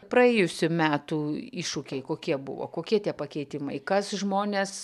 praėjusių metų iššūkiai kokie buvo kokie tie pakeitimai kas žmones